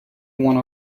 one